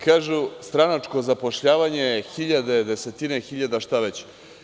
Kažu – stranačko zapošljavanje, hiljade, desetine hiljada, šta već.